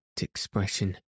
expression